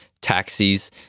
taxis